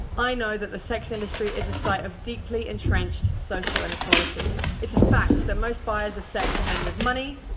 i know that the sex industry is a site of deeply entrenched social inequality. it's a fact that most buyers of sex are and men with money,